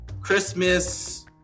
Christmas